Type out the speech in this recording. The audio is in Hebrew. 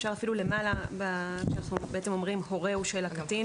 אפשר אפילו למעלה, איפה שכתוב הורהו של הקטין